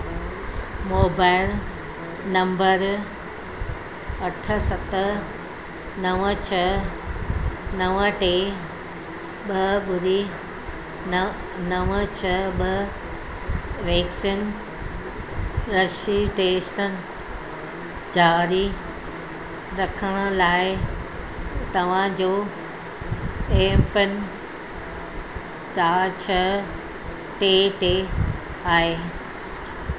mobile number अठ सत नव छह नव टे ॿ ॿुड़ी नव नव छह ॿ वेक्सिन रजिस्ट्रेशन जारी रखण लाइ तव्हांजो एम पिन चारि छह टे टे आहे